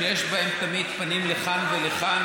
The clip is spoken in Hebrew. שיש בהן תמיד פנים לכאן ולכאן,